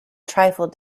trifle